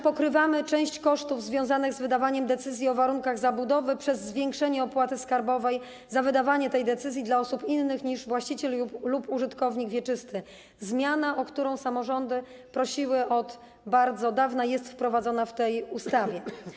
Pokrywamy też część kosztów związanych z wydawaniem decyzji o warunkach zabudowy przez zwiększenie opłaty skarbowej za wydanie tej decyzji dla osób innych niż właściciel lub użytkownik wieczysty - zmiana, o którą samorządy prosiły od bardzo dawna, jest wprowadzona w tej ustawie.